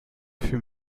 fut